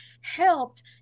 helped